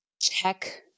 check